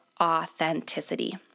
authenticity